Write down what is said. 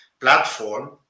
platform